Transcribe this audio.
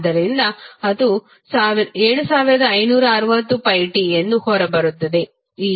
ಆದ್ದರಿಂದ ಅದು 7560πt ಎಂದು ಹೊರಬರುತ್ತದೆ